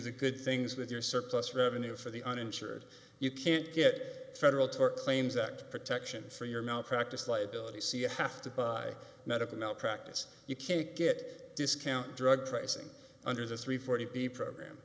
the good things with your surplus revenue for the uninsured you can't get federal tort claims act protection for your mouth practice liability see you have to buy medical malpractise you can't get discount drug pricing under this three forty b program